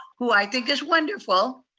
who i think is wonderful,